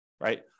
right